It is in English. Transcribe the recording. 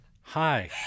Hi